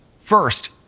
First